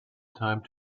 time